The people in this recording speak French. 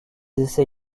essais